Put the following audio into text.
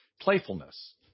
playfulness